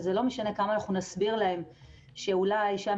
זה לא משנה כמה אנחנו נסביר להם שאולי שם